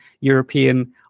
European